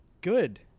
good